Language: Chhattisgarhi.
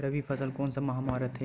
रबी फसल कोन सा माह म रथे?